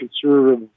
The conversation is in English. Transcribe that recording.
conservative